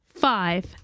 Five